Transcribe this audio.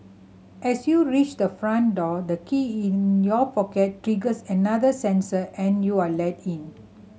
as you reach the front door the key in your pocket triggers another sensor and you are let in